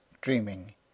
dreaming